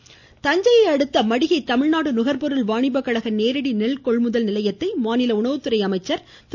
காமராஜ் தஞ்சையை அடுத்த மடிகை தமிழ்நாடு நுகர்பொருள் வாணிப கழக நேரடி நெல் கொள்முதல் நிலையத்தை மாநில உணவுத்துறை அமைச்சர் திரு